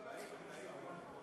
אם אלה הליכודניקים.